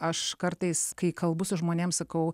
aš kartais kai kalbu su žmonėm sakau